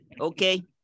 Okay